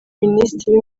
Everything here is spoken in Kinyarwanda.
minisitiri